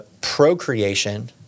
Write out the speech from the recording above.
Procreation